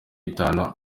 itanu